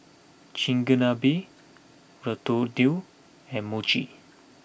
Chigenabe Ratatouille and Mochi